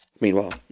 Meanwhile